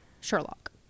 Sherlock